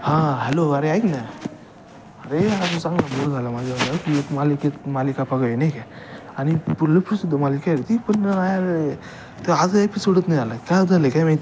हां हॅलो अरे ऐक ना अरे आज मी चांगलाच बोअर झालो माझ्या याच्यात की मालिकेत मालिका बघाया नाही का आणि पुरलूपवरसुद्धा मालिका आहे रे ती पण यार तो आज एपिसोडच नाही आला आहे काय झालं आहे काय माहिती